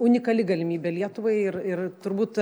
unikali galimybė lietuvai ir ir turbūt